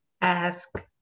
ask